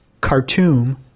Khartoum